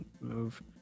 Move